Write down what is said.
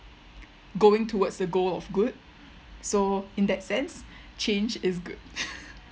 going towards the goal of good so in that sense change is good